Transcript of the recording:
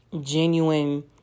genuine